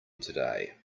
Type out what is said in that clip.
today